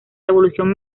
revolución